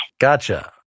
Gotcha